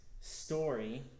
story